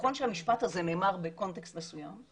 נכון שהמשפט הזה נאמר בקונטקסט מסוים,